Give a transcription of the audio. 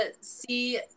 see